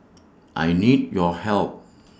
I need your help